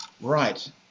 right